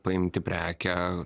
paimti prekę